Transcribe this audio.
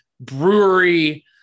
brewery